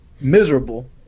miserable